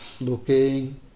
Looking